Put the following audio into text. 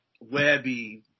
Webby